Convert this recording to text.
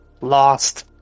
Lost